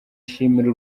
ashimira